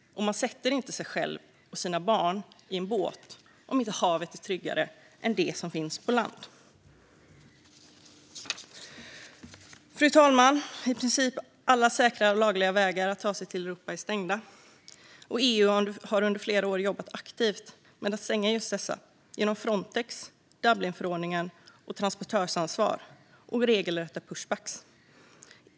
Man sätter inte sig själv och sina barn i en båt om inte havet är tryggare än det som finns på land. Fru talman! I princip alla säkra och lagliga vägar att ta sig till Europa är stängda. EU har under flera år jobbat aktivt med att stänga just dessa genom Frontex, Dublinförordningen, transportörsansvar och regelrätta pushbacks.